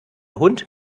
hund